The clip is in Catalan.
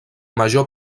major